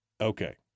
Okay